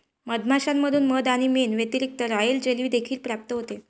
मधमाश्यांमधून मध आणि मेण व्यतिरिक्त, रॉयल जेली देखील प्राप्त होते